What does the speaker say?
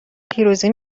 پیروزی